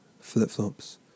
flip-flops